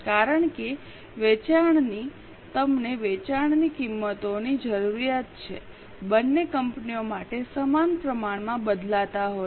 કારણ કે વેચાણની તમને વેચાણની કિંમતોની જરૂરિયાત છે બંને કંપનીઓ માટે સમાન પ્રમાણમાં બદલાતા હોય છે